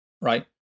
right